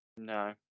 No